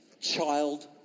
Child